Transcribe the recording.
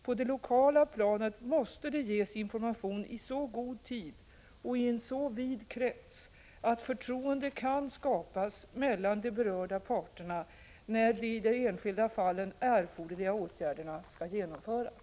På det lokala planet måste det ges information i så god tid och i en så vid krets att förtroende kan skapas mellan de berörda parterna när de i de enskilda fallen erforderliga åtgärderna skall genomföras.